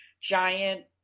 Giant